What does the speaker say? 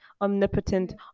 omnipotent